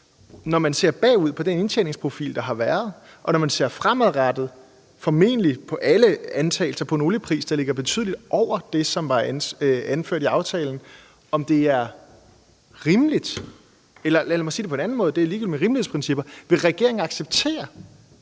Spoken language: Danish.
Når man ser bagud på den indtjeningsprofil, der har været, og når man ser fremadrettet på alle antagelser om en oliepris, der formentlig ligger betydeligt over det, som var indført i aftalen, er det så rimeligt? Eller lad mig sige det på en anden måde, det er ligegyldigt med rimelighedsprincipper: Vil regeringen acceptere